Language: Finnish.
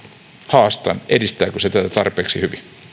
haastan edistääkö se tätä tarpeeksi